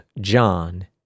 John